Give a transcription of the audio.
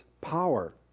power